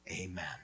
Amen